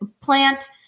plant